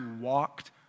walked